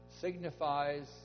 signifies